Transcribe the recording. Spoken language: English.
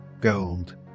Gold